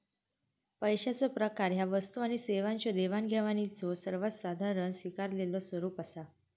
पैशाचो प्रकार ह्या वस्तू आणि सेवांच्यो देवाणघेवाणीचो सर्वात साधारण स्वीकारलेलो स्वरूप असा